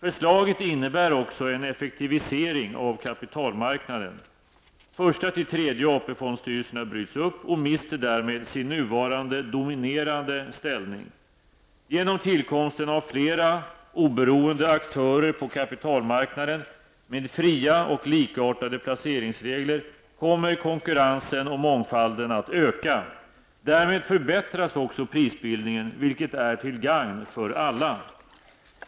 Förslaget innebär också en effektivisering av kapitalmarknaden. Första till tredje AP fondstyrelserna bryts upp och mister därmed sin nuvarande dominerande ställning. Genom tillkomsten av flera oberoende aktörer på kapitalmarknaden med fria och likartade placeringsregler kommer konkurrensen och mångfalden att öka. Därmed förbättras också prisbildningen vilket är till gagn för alla.